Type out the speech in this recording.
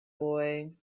boy